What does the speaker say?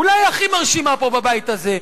אולי הכי מרשימה פה בבית הזה.